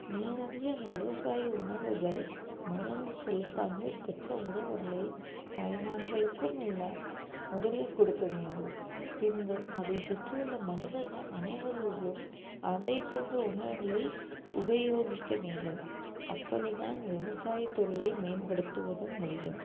நேரடியாக விவசாய உணவுகள் மருந்து செலுத்தாமல் பெற்ற உணவுகளை தாய்மார்களுக்கும் இல்லை முதலில் கொடுக்க வேண்டும் பின்பு அதை சுற்றியுள்ள மனிதர்கள் அனைவர்களும் அதை போன்ற உணவுகளை உபயோகிக்க வேண்டும் அப்பொழுது தான் விவசாயத்துறையை மேம்படுத்துவது முடியும்